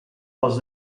pels